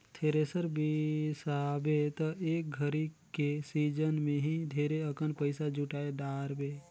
thresher बिसाबे त एक घरी के सिजन मे ही ढेरे अकन पइसा जुटाय डारबे